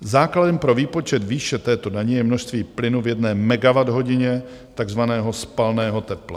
Základem pro výpočet výše této daně je množství plynu v jedné megawatthodině takzvaného spalného tepla.